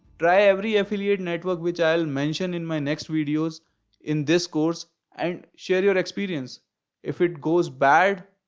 try every affiliate network which i will mention in my next videos in this course and share your experience if it goes bad